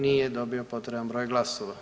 Nije dobio potreban broj glasova.